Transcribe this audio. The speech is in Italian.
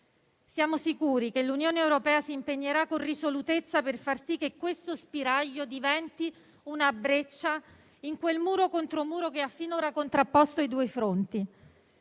Siamo sicuri che l'Unione europea si impegnerà con risolutezza per far sì che questo spiraglio diventi una breccia in quel muro contro muro che ha finora contrapposto i due fronti.